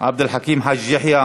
עבד אל חכים חאג' יחיא,